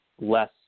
less